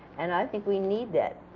and i think we need that,